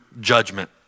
judgment